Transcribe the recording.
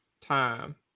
time